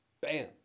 Bam